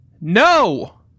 No